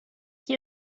qui